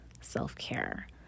self-care